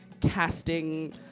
casting